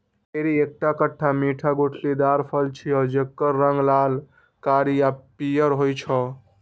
cherry एकटा खट्टा मीठा गुठलीदार फल छियै, जेकर रंग लाल, कारी आ पीयर होइ छै